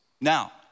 Now